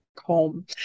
home